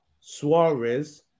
Suarez